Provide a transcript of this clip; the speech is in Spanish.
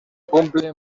cumple